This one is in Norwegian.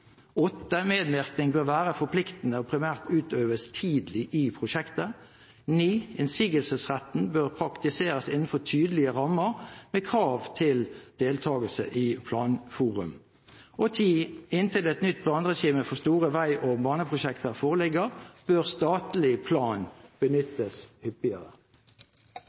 Medvirkning bør være forpliktende og primært utøves tidlig i prosjektet. Innsigelsesretten bør praktiseres innenfor tydelige rammer, med krav til deltakelse i planforum. Inntil et nytt planregime for store vei- og jernbaneprosjekter, bør statlig plan benyttes hyppigere.